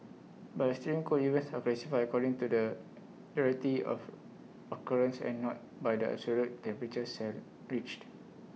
but extreme cold events are classified according to the rarity of occurrence and not by the absolute temperature sale reached